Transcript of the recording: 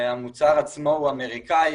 המוצר עצמו אמריקאי,